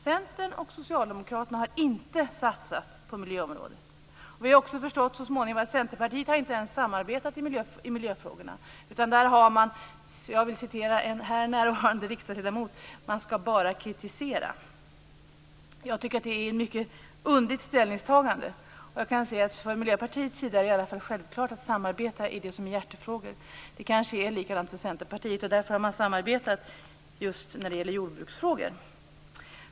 Centern och socialdemokraterna har inte satsat på miljöområdet. Vi har också förstått så småningom att Centerpartiet inte ens samarbetat i miljöfrågorna, utan där skall man, för att citera en här närvarande riksdagsledamot, bara kritisera. Jag tycker att det är ett mycket underligt ställningstagande. Jag kan säga att för oss i Miljöpartiet är det självklart att samarbeta i det som är hjärtefrågor. Det kanske är likadant för Centerpartiet. Därför har man samarbetat just i jordbruksfrågor.